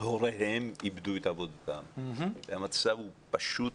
הוריהם איבדו את עבודתם, והמצב הוא פשוט